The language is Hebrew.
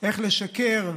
איך לשקר,